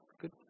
Good